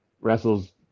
wrestles